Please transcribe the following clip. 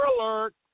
alert